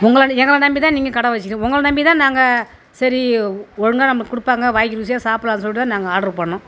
உங்களை ந எங்களை நம்பி தான் நீங்கள் கடை வச்சி உங்களை நம்பி தான் நாங்கள் சரி ஒழுங்காக நம்ப கொடுப்பாங்க வாய்க்கு ருசியாக சாப்பிட்லான்னு சொல்லிட்டு தான் நாங்கள் ஆர்டரு பண்ணோம்